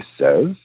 says